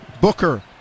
Booker